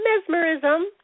mesmerism